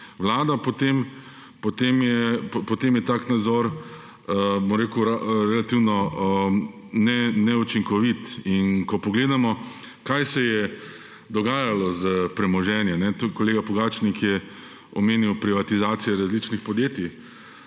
Vlada, potem je tak nazor relativno neučinkovit. In ko pogledamo, kaj se je dogajalo s premoženjem, tudi kolega Pogačnik je omenjal privatizacijo različnih podjetij,